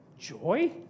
Joy